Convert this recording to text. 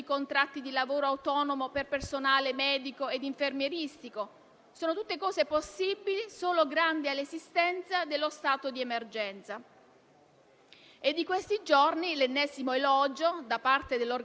È di questi giorni l'ennesimo elogio da parte dell'Organizzazione mondiale della sanità al Governo italiano, indicato come il più virtuoso degli Esecutivi in Europa e nel mondo democratico.